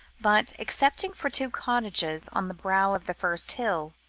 but, excepting for two cottages on the brow of the first hill,